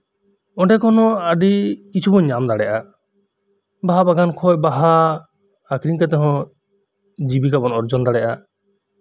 ᱚᱸᱰᱮ ᱠᱷᱚᱱ ᱦᱚᱸ ᱟᱹᱰᱤ ᱠᱤᱪᱷᱩ ᱵᱤᱱ ᱧᱟᱢ ᱫᱟᱲᱮᱭᱟᱜᱼᱟ ᱵᱟᱦᱟ ᱵᱟᱜᱟᱱ ᱠᱷᱚᱡ ᱵᱟᱦᱟ ᱟᱠᱷᱨᱤᱧ ᱠᱟᱛᱮ ᱦᱚᱸ ᱡᱤᱵᱤᱠᱟ ᱵᱚᱱ ᱚᱨᱡᱚᱱ ᱫᱟᱲᱮᱭᱟᱜᱼᱟ